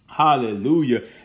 Hallelujah